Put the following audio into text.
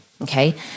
Okay